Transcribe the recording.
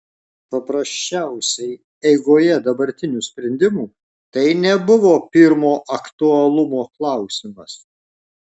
paprasčiausiai eigoje dabartinių sprendimų tai nebuvo pirmo aktualumo klausimas